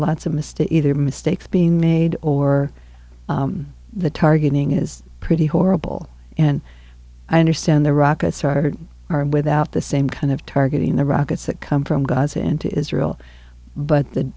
lots of mistake or mistakes being made or the targeting is pretty horrible and i understand the rockets are are without the same kind of targeting the rockets that come from gaza into israel but the